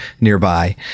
nearby